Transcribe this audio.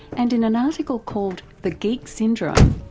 and in an article called the geek syndrome,